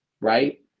right